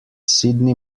sydney